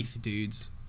dudes